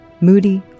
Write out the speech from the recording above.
Moody